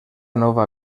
nova